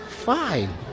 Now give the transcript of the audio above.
fine